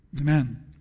Amen